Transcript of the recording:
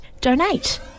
donate